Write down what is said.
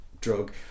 Drug